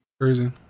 Crazy